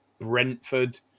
Brentford